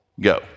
go